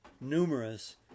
numerous